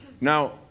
Now